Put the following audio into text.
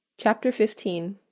chapter fifteen